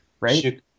Right